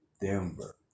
Denver